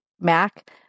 Mac